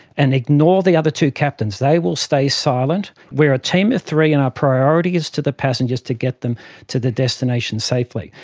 and ignore the other two captains, they will stay silent. we are a team of three and our priority is to the passengers to get them to their destination safely.